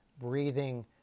breathing